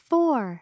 Four